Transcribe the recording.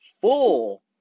full